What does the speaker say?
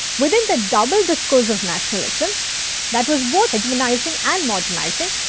within the double discourse of nationalism that was both hegemonizing and modernizing,